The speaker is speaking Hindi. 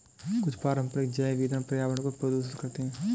कुछ पारंपरिक जैव ईंधन पर्यावरण को प्रदूषित करते हैं